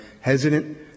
hesitant